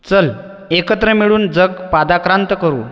चल एकत्र मिळून जग पादाक्रांत करू